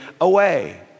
away